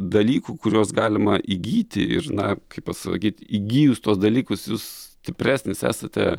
dalykų kuriuos galima įgyti ir na kaip pasakyt įgijus tuos dalykus jūs stipresnis esate